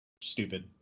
stupid